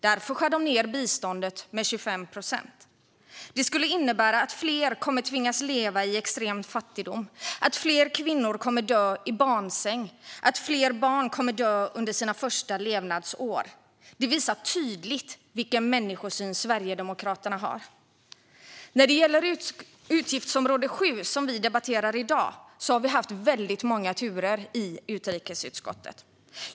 Därför skär de ned på biståndet med 25 procent. Det skulle innebära att fler kommer att tvingas leva i extrem fattigdom, att fler kvinnor kommer att dö i barnsäng och att fler barn kommer att dö under sina första levnadsår. Det visar tydligt vilken människosyn Sverigedemokraterna har. När det gäller utgiftsområde 7 som vi debatterar i dag har vi haft många turer i utrikesutskottet.